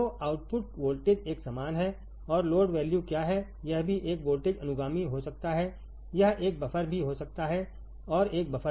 तो output voltage एक समान है और लोड वैल्यू क्या है यह भी एक वोल्टेज अनुगामी हो सकता है यह एक बफर भी हो सकता है और एक बफर भी